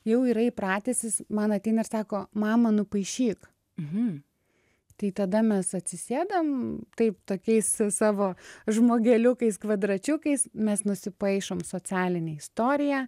jau yra įpratęs jis man ateina ir sako mama nupaišyk tai tada mes atsisėdam taip tokiais savo žmogeliukais kvadračiukais mes nusipaišom socialinę istoriją